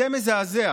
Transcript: זה מזעזע,